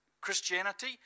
Christianity